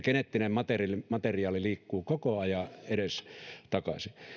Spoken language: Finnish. geneettinen materiaali materiaali liikkuu koko ajan edestakaisin